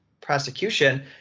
prosecution